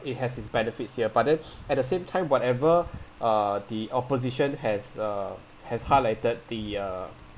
it has its benefits here but then at the same time whatever uh the opposition has uh has highlighted the uh